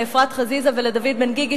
לאפרת חזיזה ולדוד בן-גיגי,